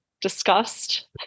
discussed